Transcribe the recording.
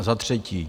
Za třetí.